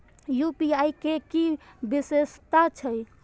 UPI के कि विषेशता छै?